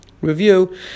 Review